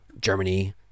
Germany